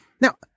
Now